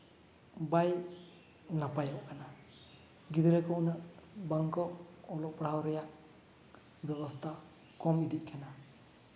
ᱵᱟᱭ ᱱᱟᱯᱟᱭᱚᱜ ᱠᱟᱱᱟ ᱜᱤᱫᱽᱨᱟᱹ ᱠᱚ ᱩᱱᱟᱹᱜ ᱵᱟᱝᱠᱚ ᱚᱞᱚᱜ ᱯᱟᱲᱦᱟᱣ ᱨᱮᱭᱟᱜ ᱵᱮᱵᱚᱥᱛᱷᱟ ᱠᱚᱢ ᱤᱫᱤᱜ ᱠᱟᱱᱟ